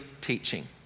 teaching